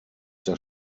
der